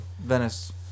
Venice